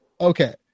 okay